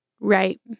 Right